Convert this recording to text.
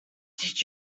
did